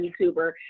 YouTuber